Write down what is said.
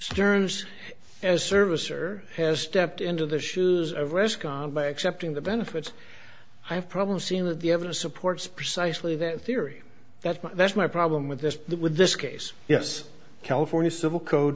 sterns as service are has stepped into the shoes of risk on by accepting the benefits i have problems seeing that the evidence supports precisely that theory that's my that's my problem with this with this case yes california civil code